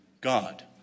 God